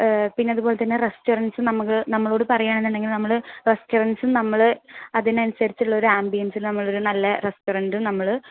പിന്നെ അതുപോലെ തന്നെ റെസ്റ്റോറൻറ്സും നമുക്ക് നമ്മളോട് പറയുകയാണെന്നുണ്ടെങ്കിൽ നമ്മൾ റെസ്റ്റോറൻറ്സും നമ്മൾ അതിനനുസരിച്ചുള്ളൊരു ആംബിയൻസിൽ നമ്മളൊരു നല്ല റെസ്റ്റോറൻറും നമ്മൾ